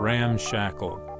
Ramshackle